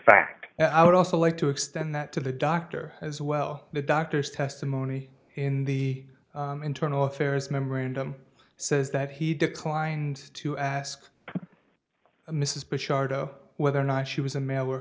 fact i would also like to extend that to the doctor as well the doctor's testimony in the internal affairs memorandum says that he declined to ask mrs bush arto whether or not she was a male or